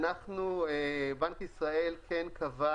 בנק ישראל כן קבע